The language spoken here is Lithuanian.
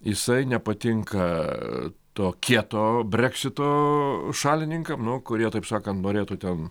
jisai nepatinka to kieto breksito šalininkam nu kurie taip sakant norėtų ten